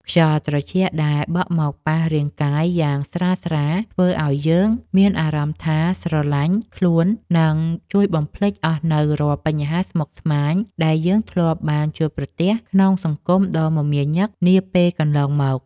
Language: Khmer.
ខ្យល់ត្រជាក់ដែលបក់មកប៉ះរាងកាយយ៉ាងស្រាលៗធ្វើឱ្យយើងមានអារម្មណ៍ថាស្រាលខ្លួន និង ជួយបំភ្លេចអស់នូវរាល់បញ្ហាស្មុគស្មាញដែលយើងធ្លាប់បានជួបប្រទះក្នុងសង្គមដ៏មមាញឹកនាពេលកន្លងមក។